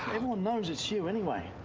everyone knows it's you anyway,